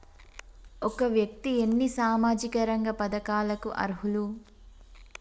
ఒక వ్యక్తి ఎన్ని సామాజిక రంగ పథకాలకు అర్హులు?